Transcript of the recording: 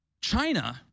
China